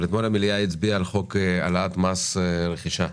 אתמול המליאה הצביעה על חוק העלאת מס רכישה.